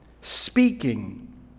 Speaking